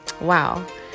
Wow